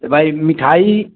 तो भाई मिठाई